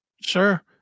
Sure